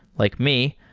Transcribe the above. like me,